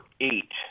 eight